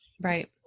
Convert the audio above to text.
Right